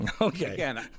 Okay